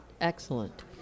Excellent